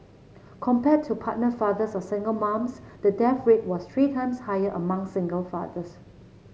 compared to partnered fathers or single moms the death rate was three times higher among single fathers